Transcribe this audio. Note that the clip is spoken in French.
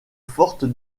forte